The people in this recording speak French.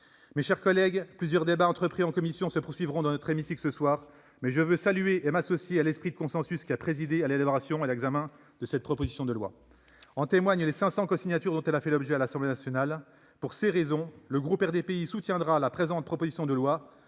Mes chers collègues, plusieurs débats entamés en commission se poursuivront dans notre hémicycle ce soir, mais je veux saluer l'esprit de consensus qui a présidé à l'élaboration et à l'examen de cette proposition de loi, comme en témoignent les 500 cosignatures dont celle-ci a fait l'objet à l'Assemblée nationale, et m'y associer. Le groupe RDPI la soutiendra donc en espérant vivement